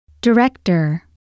Director